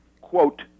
quote